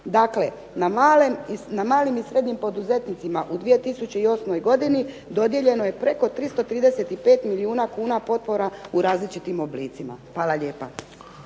Dakle na malim i srednjim poduzetnicima u 2008. godini dodijeljeno je preko 335 milijuna kuna potpora u različitim oblicima. Hvala lijepa.